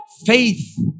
Faith